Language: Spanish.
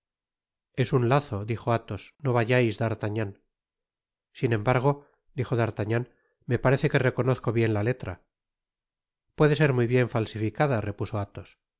es un fazo dijo athos no vayais d'artagnan sin embargo dijo d'artagnan me parece que reconozco bien la letra puede'mtíy bien ser falsificada repuso athos